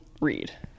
read